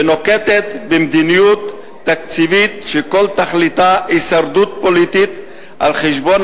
ונוקטת מדיניות תקציבית שכל תכליתה הישרדות פוליטית על חשבון